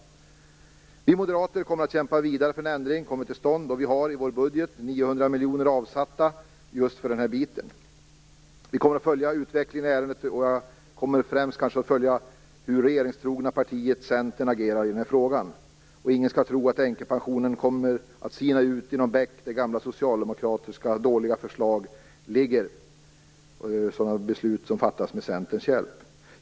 Vi moderater kommer att kämpa vidare för att en ändring skall komma till stånd. I vår budget har vi 900 miljoner kronor avsatta just för den här biten. Vi kommer att följa utvecklingen i ärendet. Främst kommer jag kanske att följa hur det regeringstrogna partiet Centern agerar i frågan. Ingen skall tro att förslaget om änkepensionen kommer att sina ut i någon bäck där gamla socialdemokratiska dåliga förslag och beslut som fattats med Centerns hjälp ligger.